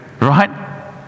Right